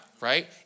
Right